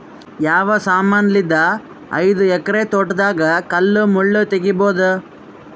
ಯಾವ ಸಮಾನಲಿದ್ದ ಐದು ಎಕರ ತೋಟದಾಗ ಕಲ್ ಮುಳ್ ತಗಿಬೊದ?